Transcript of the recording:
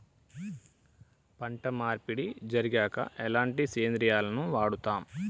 పంట మార్పిడి జరిగాక ఎలాంటి సేంద్రియాలను వాడుతం?